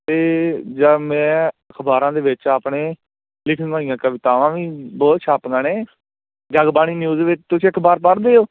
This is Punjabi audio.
ਅਤੇ ਜਾਂ ਮੈਂ ਅਖ਼ਬਾਰਾਂ ਦੇ ਵਿੱਚ ਆਪਣੇ ਲਿਖਣ ਵਾਲੀਆਂ ਕਵਿਤਾਵਾਂ ਵੀ ਬਹੁਤ ਛਾਪੀਆਂ ਨੇ ਜਗ ਬਾਣੀ ਨਿਊਜ਼ ਦੇ ਵਿੱਚ ਤੁਸੀਂ ਅਖ਼ਬਾਰ ਪੜ੍ਹਦੇ ਹੋ